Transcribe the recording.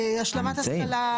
השלמת השכלה.